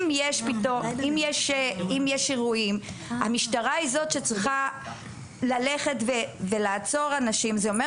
אם ישנם אירועים והמשטרה היא זו שצריכה ללכת ולעצור אנשים אז זה אומר